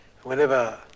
Whenever